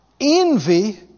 envy